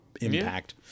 impact